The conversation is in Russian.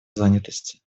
занятости